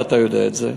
ואתה יודע את זה.